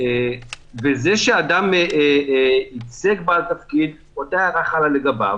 וזה שאדם ייצג בתפקיד, אותה הערה חלה לגביו.